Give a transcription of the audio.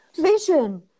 vision